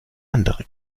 andere